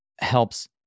helps